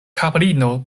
kaprino